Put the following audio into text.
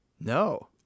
No